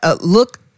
Look